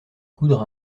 coudre